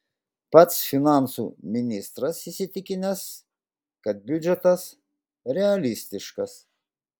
pats finansų ministras įsitikinęs kad biudžetas realistiškas